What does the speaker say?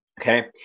Okay